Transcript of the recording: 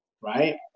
Right